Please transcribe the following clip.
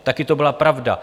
Také to byla pravda.